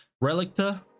Relicta